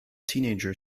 teenager